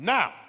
Now